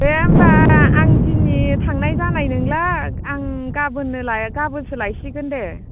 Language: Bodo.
दे होमब्ला आं दिनै थांनाय जानाय नंला आं गाबोननो लाय गाबोनसो लायसिगोन दे